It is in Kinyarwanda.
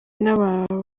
n’abo